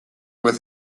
with